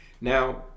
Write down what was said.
Now